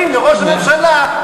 חבר הכנסת פייגלין, תודה.